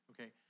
okay